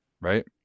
right